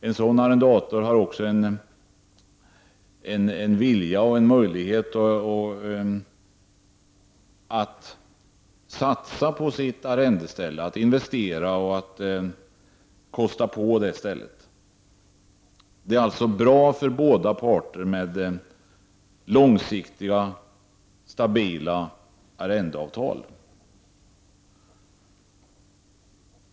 En sådan arrendator har också vilja och möjlighet att satsa på, investera i och kosta på sitt arrendeställe.